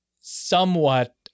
somewhat